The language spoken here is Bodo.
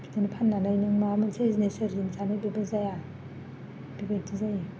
बिदिनो फाननानै नों माबा मोनसे जिनिस सोरजिनो सानो बेबो जाया बेबायदि जायो